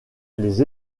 les